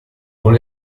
con